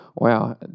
Wow